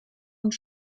und